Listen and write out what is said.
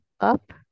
up